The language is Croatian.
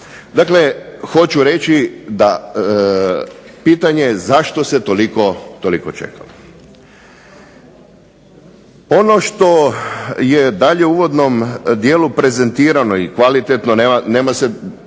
Dakle hoću reći da pitanje zašto se toliko čekalo. Ono što je dalje u uvodnom dijelu prezentirano i kvalitetno, nema se